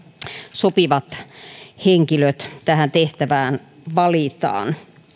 sopivat henkilöt tähän tehtävään valitaan